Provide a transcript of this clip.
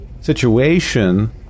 situation